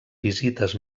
visites